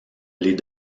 les